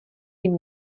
jim